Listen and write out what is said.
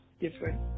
different